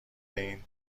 این